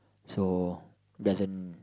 so doesn't